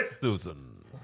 Susan